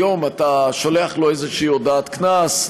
היום אתה שולח לו איזו הודעת קנס,